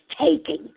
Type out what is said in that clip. taking